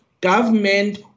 government